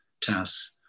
tasks